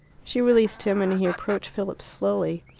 she released him, and he approached philip slowly.